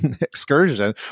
excursion